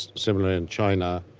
similar in china,